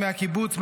מהקיבוץ,